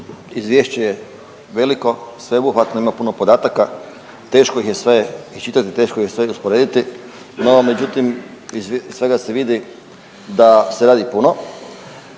izvješće je veliko, sveobuhvatno, ima puno podataka, teško ih je sve iščitati, teško ih je sve usporediti. No međutim iz svega se vidi da se radi puno,